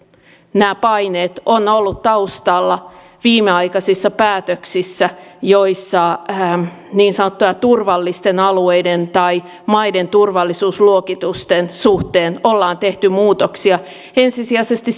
nämä paineet ovat olleet taustalla viimeaikaisissa päätöksissä joissa niin sanottujen turvallisten alueiden tai maiden turvallisuusluokitusten suhteen ollaan tehty muutoksia ensisijaisesti